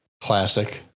Classic